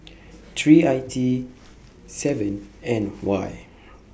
three I T seven N Y